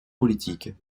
politiques